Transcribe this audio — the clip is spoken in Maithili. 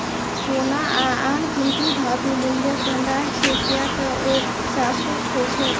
सोना आ आन कीमती धातु मूल्यक भंडार छियै, कियै ते ओ शाश्वत होइ छै